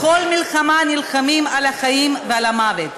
בכל מלחמה, נלחמים על החיים ועל המוות.